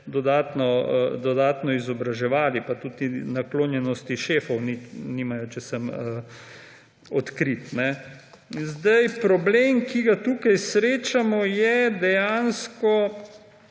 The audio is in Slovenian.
dodatno izobraževali, pa tudi naklonjenosti šefov nimajo, če sem odkrit. Problem, ki ga tukaj srečamo, je dejansko,